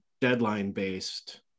deadline-based